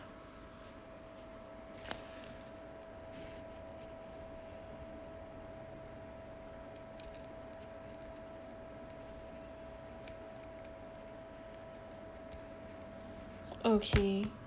okay